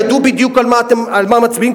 ידעו בדיוק על מה מצביעים,